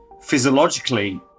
physiologically